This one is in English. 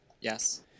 Yes